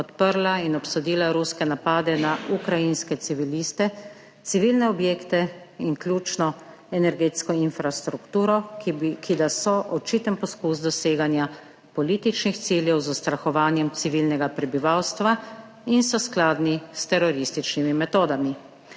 podprla in obsodila ruske napade na ukrajinske civiliste, civilne objekte in ključno energetsko infrastrukturo, ki da so očiten poskus doseganja političnih ciljev z ustrahovanjem civilnega prebivalstva in so skladni s terorističnimi metodami.